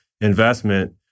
investment